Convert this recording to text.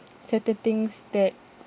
certain things that